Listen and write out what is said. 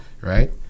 Right